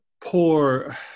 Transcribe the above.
poor